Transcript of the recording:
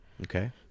Okay